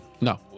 no